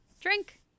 Drink